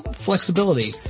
flexibility